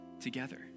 together